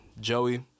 Joey